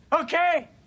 Okay